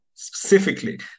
specifically